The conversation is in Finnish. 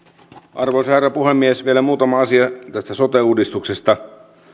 arvoisa herra puhemies vielä muutama asia tästä sote uudistuksesta